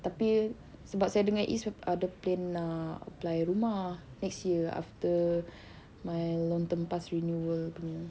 tapi sebab saya dengan izz ada plan nak apply rumah next year after my long term pass renewal punya